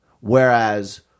whereas